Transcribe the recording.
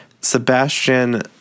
Sebastian